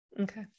Okay